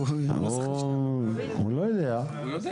הוא יודע.